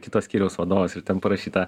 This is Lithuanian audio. kito skyriaus vadovas ir ten parašyta